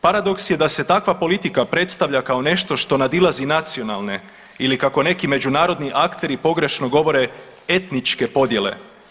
Paradoks je da se takva politika predstavlja kao nešto što nadilazi nacionalne ili kako neki međunarodni akteri pogrešno govore etničke podjele.